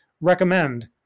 recommend